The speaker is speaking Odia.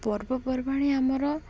ପର୍ବପର୍ବାଣୀ ଆମର